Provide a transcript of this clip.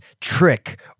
trick